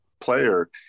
player